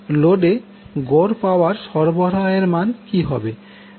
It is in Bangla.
লোডে গড় পাওয়ার সরবরাহের মান কি হবে